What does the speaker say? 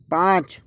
पाँच